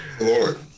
Lord